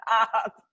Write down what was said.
up